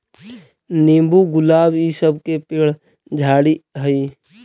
नींबू, गुलाब इ सब के पेड़ झाड़ि हई